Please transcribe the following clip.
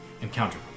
encounter